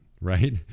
right